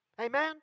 amen